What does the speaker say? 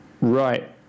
Right